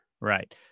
Right